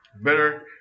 Better